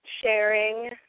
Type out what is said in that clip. sharing